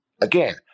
again